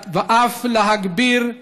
ואף להגביר,